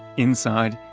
inside,